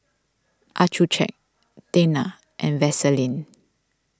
Accucheck Tena and Vaselin